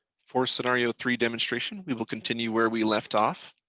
for scenario three demonstration, we will continue where we left off.